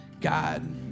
God